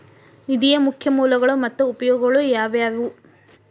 ನಿಧಿಯ ಮುಖ್ಯ ಮೂಲಗಳು ಮತ್ತ ಉಪಯೋಗಗಳು ಯಾವವ್ಯಾವು?